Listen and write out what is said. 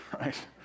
right